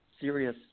serious